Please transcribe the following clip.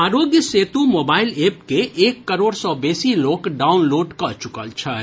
आरोग्य Setu mobile app के एक करोड़ सँ बेसी लोक डाउनलोड कऽ चुकल छथि